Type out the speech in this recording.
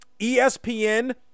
espn